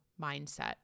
mindset